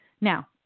Now